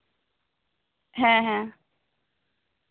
ᱦᱮᱸ ᱦᱮᱸ